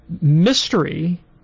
mystery